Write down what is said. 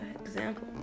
example